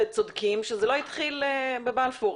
זה לא התחיל בבלפור.